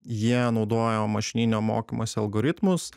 jie naudojo mašininio mokymosi algoritmus